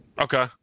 Okay